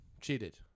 cheated